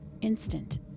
instant